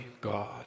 God